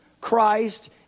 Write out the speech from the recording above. Christ